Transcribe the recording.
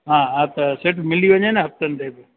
हा हा त सेठ मिली वञे न हफ़्तनि ते बि